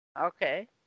Okay